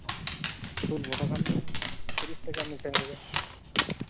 ᱵᱳᱰᱳᱡᱳᱨ ᱛᱤᱨᱤᱥ ᱴᱟᱠᱟ ᱢᱤᱫᱴᱮᱱ ᱨᱮᱜᱮ